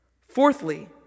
Fourthly